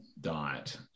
diet